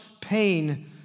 pain